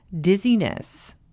dizziness